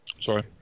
Sorry